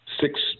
six